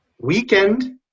weekend